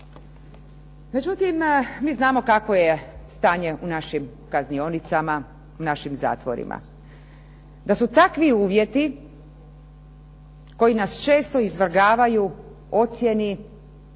međutim, mi znamo kakvo je stanje u našim kaznionicama, u našim zatvorima. DA su takvi uvjeti koji nas često podvrgavaju ocjeni